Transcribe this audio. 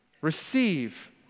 Receive